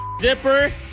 zipper